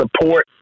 support